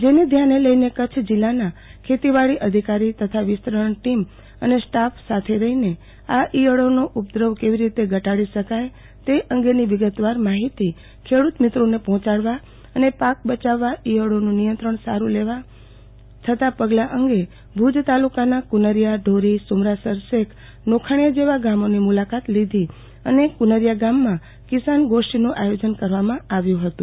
જેને ધ્યાને લઈને કચ્છ જિલ્લાના ખેતીવાડી અધિકારી તથા વિસ્તરણ ટીમ અને સ્ટાફ સાથે રહીને આ ઈથળોનો ઉપદ્રવ કેવી રીતે ઘટાડી શકાય તે અંગેની વિગતવાર માહિતી ખેડૂત મિત્રોને પહોંચાડવા અને પાક બયાવવા ઈથળોના નિયંત્રણ સારૂ લેવાના થતાં પગલા અંગે ભુજ તાલુકાના કુનરિયા ઢોરી સુમરાસર શેખ નોખાણીયા જેવા ગામોની મુલાકાત લીધી અને કુનરીયા ગામમાં કિસાન ગોષ્ઠીનું આયોજન કરવામાં આવ્યુ હતુ